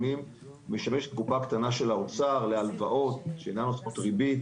משמשת קופה קטנה של האוצר להלוואות שאינן נושאות ריבית,